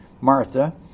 Martha